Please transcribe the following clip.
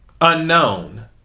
unknown